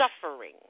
suffering